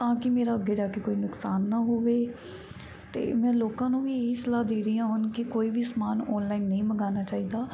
ਤਾਂ ਕਿ ਮੇਰਾ ਅੱਗੇ ਜਾ ਕੇ ਕੋਈ ਨੁਕਸਾਨ ਨਾ ਹੋਵੇ ਅਤੇ ਮੈਂ ਲੋਕਾਂ ਨੂੰ ਵੀ ਇਹ ਹੀ ਸਲਾਹ ਦੇ ਰਹੀ ਹਾਂ ਹੁਣ ਕਿ ਕੋਈ ਵੀ ਸਮਾਨ ਆਨਲਾਈਨ ਨਹੀਂ ਮੰਗਵਾਉਣਾ ਚਾਹੀਦਾ